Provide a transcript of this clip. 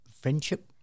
friendship